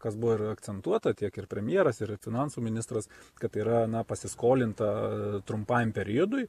kas buvo ir akcentuota tiek ir premjeras ir finansų ministras kad tai yra na pasiskolinta trumpam periodui